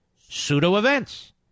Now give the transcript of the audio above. pseudo-events